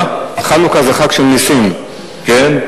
כן?